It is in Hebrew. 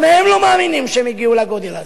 גם הם לא מאמינים שהם הגיעו לגודל הזה.